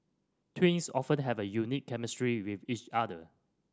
twins often have a unique chemistry with each other